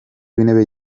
w’intebe